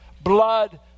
Blood